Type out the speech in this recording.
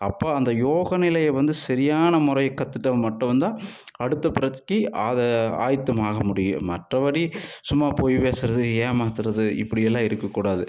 அப்போது அந்த யோக நிலையை வந்து சரியான முறையை கத்துகிட்டவன் மட்டும் தான் அடுத்த பிறவிக்கு ஆயத்தமாக முடியும் மற்றபடி சும்மா பொய் பேசறது ஏமாத்துறது இப்படியெல்லாம் இருக்கக்கூடாது